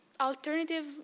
alternative